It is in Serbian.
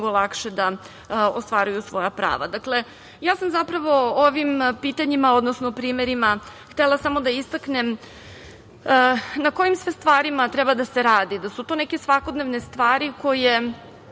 moći mnogo lakše da ostvaruju svoja prava. Ja sam zapravo ovim pitanjima odnosno primerima htela samo da istaknem na kojim sve stvarima treba da se radi, da su to neke svakodnevne stvari koje